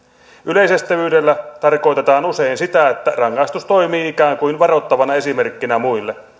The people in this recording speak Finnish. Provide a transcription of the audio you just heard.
yleisestävyydellä tarkoitetaan usein sitä että rangaistus toimii ikään kuin varoittavana esimerkkinä muille